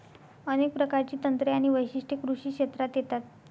अनेक प्रकारची तंत्रे आणि वैशिष्ट्ये कृषी क्षेत्रात येतात